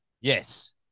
Yes